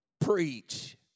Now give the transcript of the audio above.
preach